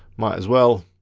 might as well.